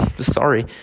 sorry